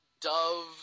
Dove